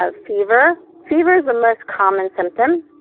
ah fever, fever is the most common symptom.